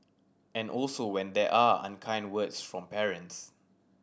and also when there are unkind words from parents